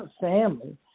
family